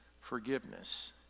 forgiveness